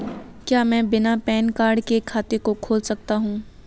क्या मैं बिना पैन कार्ड के खाते को खोल सकता हूँ?